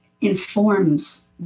informs